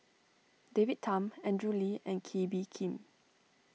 David Tham Andrew Lee and Kee Bee Khim